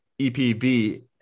EPB